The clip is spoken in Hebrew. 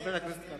חבר הכנסת כבל.